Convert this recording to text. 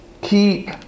Keep